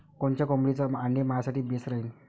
कोनच्या कोंबडीचं आंडे मायासाठी बेस राहीन?